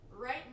right